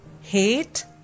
hate